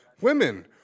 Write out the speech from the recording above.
women